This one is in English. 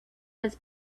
was